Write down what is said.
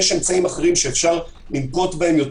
יש אמצעים אחרים שאפשר לנקוט בהם,